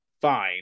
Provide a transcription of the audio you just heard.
fine